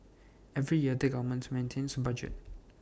every year the government maintains A budget